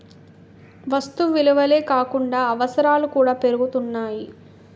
వస్తు విలువలే కాకుండా అవసరాలు కూడా పెరుగుతున్నాయి